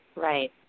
Right